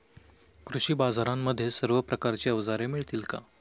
कृषी बाजारांमध्ये सर्व प्रकारची अवजारे मिळतील का?